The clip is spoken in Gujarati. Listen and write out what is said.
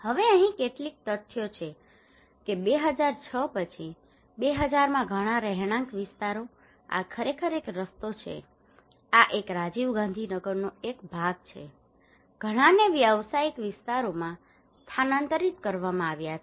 હવે અહીં કેટલીક તથ્યો છે કે 2006 પછી 2006 માં ઘણાં રહેણાંક વિસ્તારો આ ખરેખર એક રસ્તો છે આ એક રાજીવ ગાંધી નગરનો એક ભાગ છે ઘણાને વ્યવસાયિક વિસ્તારોમાં સ્થાનાંતરિત કરવામાં આવ્યા છે